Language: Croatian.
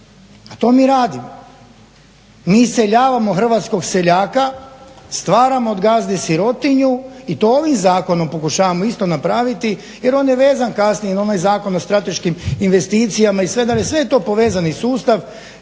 to mi radimo. Mi iseljavamo hrvatskog seljaka, stvaramo od gazde sirotinju i to ovim zakonom pokušavamo isto napraviti jer on je vezan kasnije na onaj Zakon o strateškim investicijama i sve je to povezani sustav